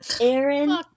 Aaron